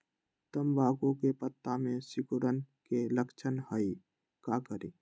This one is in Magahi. तम्बाकू के पत्ता में सिकुड़न के लक्षण हई का करी?